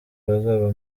bazaba